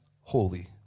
holy